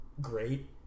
great